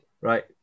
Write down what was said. Right